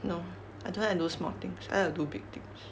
no I don't like to do small things I like to do big things